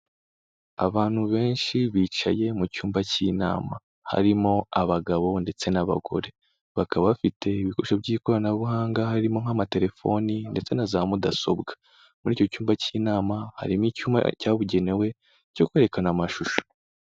Abantu benshi bicaye mu cyumba cy'inama, harimo abagabo ndetse n'abagore, bakaba bafite ibikoresho by'ikoranabuhanga harimo nk'amatelefoni ndetse na za mudasobwa. Muri icyo cyumba cy'inama, harimo icyuma cyabugenewe cyo kwerekana amashusho.